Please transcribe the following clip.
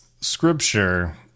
scripture